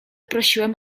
prosiłem